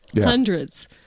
Hundreds